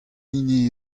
hini